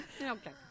Okay